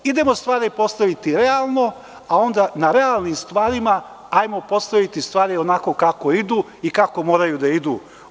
Idemo stvari postaviti realno a onda na realnim stvarima hajmo postaviti stvari onako kako idu i kako moraju da idu.